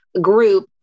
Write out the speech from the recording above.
group